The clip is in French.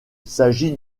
s’agit